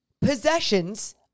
possessions